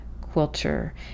quilter